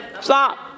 Stop